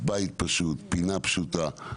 בית פשוט, פינה פשוטה,